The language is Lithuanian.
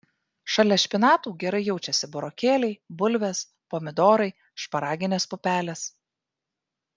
šalia špinatų gerai jaučiasi burokėliai bulvės pomidorai šparaginės pupelės